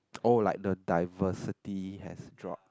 oh like the diversity has drop